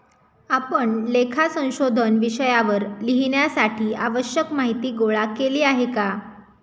आपण लेखा संशोधन विषयावर लिहिण्यासाठी आवश्यक माहीती गोळा केली आहे का?